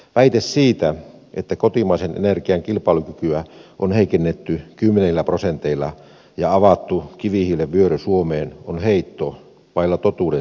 väite siitä että kotimaisen energian kilpailukykyä on heikennetty kymmenillä prosenteilla ja avattu kivihiilen vyöry suomeen on heitto vailla totuuden siementä